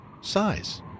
Size